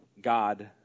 God